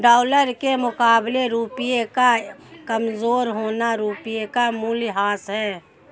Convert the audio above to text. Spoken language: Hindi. डॉलर के मुकाबले रुपए का कमज़ोर होना रुपए का मूल्यह्रास है